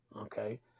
Okay